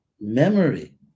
memory